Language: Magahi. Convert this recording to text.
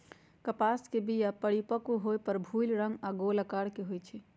कपास के बीया परिपक्व होय पर भूइल रंग आऽ गोल अकार के होइ छइ